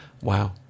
wow